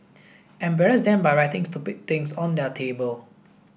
embarrass them by writing stupid things on their table